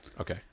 okay